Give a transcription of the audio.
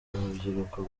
urubyiruko